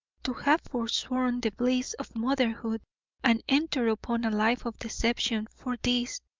to have forsworn the bliss of motherhood and entered upon a life of deception for this!